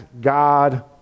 god